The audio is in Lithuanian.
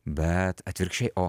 bet atvirkščiai o